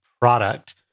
product